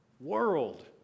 world